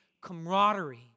camaraderie